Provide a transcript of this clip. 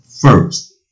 first